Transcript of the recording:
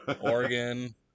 Oregon